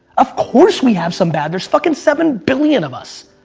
of course we have some bad. there's fucking seven billion of us.